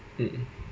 mm